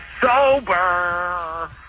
sober